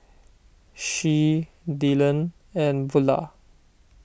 Shea Dylon and Bulah